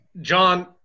John